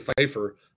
Pfeiffer